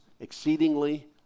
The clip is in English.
exceedingly